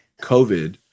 COVID